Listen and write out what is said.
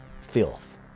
filth